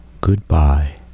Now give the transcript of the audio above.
Goodbye